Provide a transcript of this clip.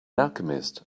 alchemist